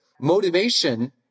Motivation